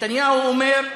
נתניהו אומר: